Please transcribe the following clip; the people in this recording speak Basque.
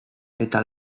eta